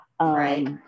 Right